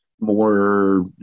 more